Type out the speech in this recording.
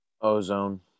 Ozone